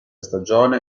stagione